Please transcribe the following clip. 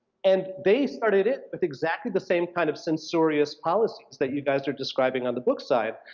and they started it with exactly the same kind of censorious policies that you guys are describing on the book side,